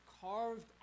carved